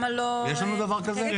יש לנו דבר כזה?